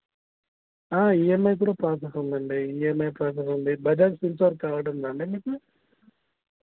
EMI కూడా process ఉంది అండి ఈఎంఐ ప్రాసెస్ ఉంది బజాజ్ ఫైనాన్స్ కార్డ్ కార్డ్ ఉందా అండి మీకు